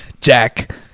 Jack